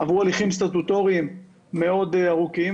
עברו הליכים סטטוטוריים מאוד ארוכים,